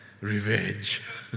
revenge